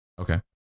Okay